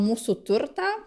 mūsų turtą